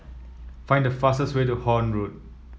find the fastest way to Horne Road